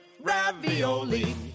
ravioli